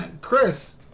Chris